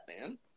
man